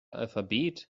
alphabet